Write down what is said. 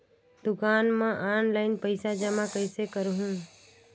दुकान म ऑनलाइन पइसा जमा कइसे करहु?